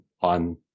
on